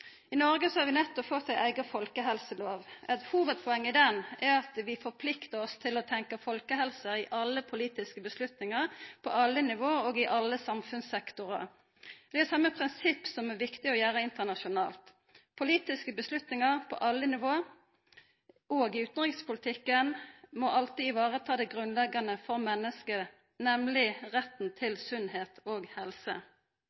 I Noreg har vi nettopp fått ei eiga folkehelselov. Eit hovudpoeng i lova er at vi forpliktar oss til å tenkja folkehelse i alle politiske avgjerder, på alle nivå og innan alle samfunnssektorar. Det er viktig å ha det same prinsippet internasjonalt: Politiske avgjerder på alle nivå – òg i utanrikspolitikken – må alltid vareta det grunnleggjande for mennesket, nemleg retten